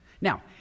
Now